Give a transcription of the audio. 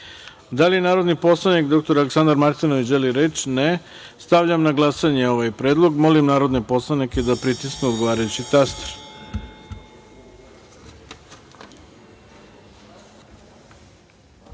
li narodni poslanik dr Aleksandar Martinović želi reč? (Ne.)Stavljam na glasanje ovaj predlog. Molim narodne poslanike da pritisnu odgovarajući